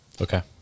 Okay